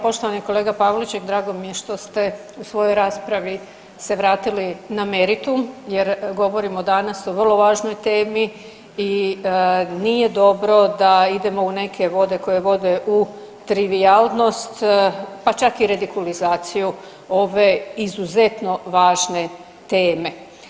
Poštovani kolega Pavliček drago mi je što ste u svojoj raspravi se vratili na meritum jer govorimo danas o vrlo važnoj temi i nije dobro da idemo u neke vode koje vode u trivijalnost pa čak i redikulizaciju ove izuzetno važne teme.